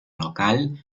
local